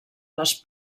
les